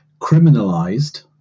criminalized